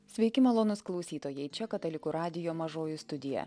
sveiki malonūs klausytojai čia katalikų radijo mažoji studija